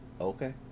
okay